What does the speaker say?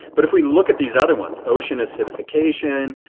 but if we look at these other ones, ocean acidification,